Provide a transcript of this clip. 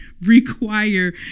require